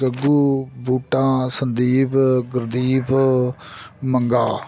Gaggu Buta Sandeep Gurdeep Manga